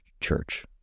church